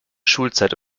schulzeit